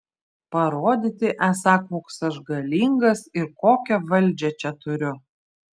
parodyti esą koks aš galingas ir kokią valdžią čia turiu